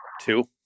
Two